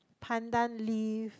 pandan leaf